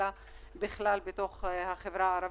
אלא בכלל בתוך החברה הערבית.